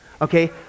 Okay